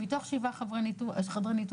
מתוך 7 חדרי ניתוח,